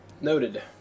Noted